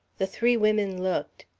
the three women looked.